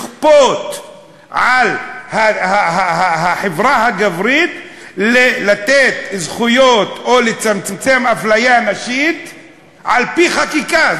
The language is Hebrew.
לכפות על החברה הגברית לתת זכויות או לצמצם אפליית נשים על-פי חקיקה.